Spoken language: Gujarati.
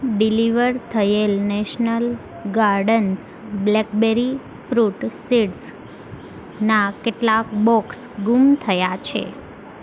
ડિલિવર થયેલ નેશનલ ગાર્ડન્સ બ્લેકબેરી ફ્રૂટ સીડ્સનાં કેટલાક બોક્સ ગુમ થયા છે